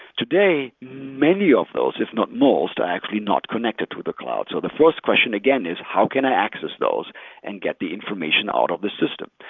today, many of those, if not most are actually not connected to the cloud. so the first question again is, how can i access those and get the information out of this system?